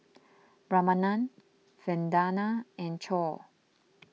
Ramanand Vandana and Choor